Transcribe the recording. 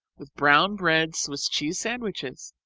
with brown bread swiss cheese sandwiches.